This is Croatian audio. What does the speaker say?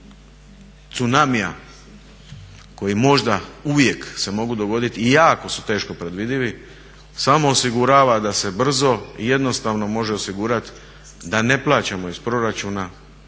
tsunamia koji možda uvijek se mogu dogoditi i jako su teško predvidivi, samo osigurava da se brzo i jednostavno može osigurati da ne plaćamo iz proračuna,